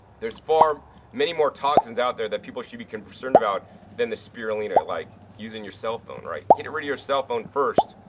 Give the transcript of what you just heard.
there's far many more toxins out there that people should be concerned about than the spirulina, like using your cell phone, right. get rid of your cell phone first,